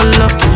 love